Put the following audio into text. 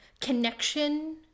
connection